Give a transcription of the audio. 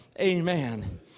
Amen